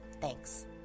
Thanks